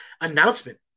announcement